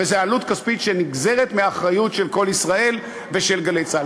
וזו עלות כספית שנגזרת מאחריות של "קול ישראל" ושל "גלי צה"ל".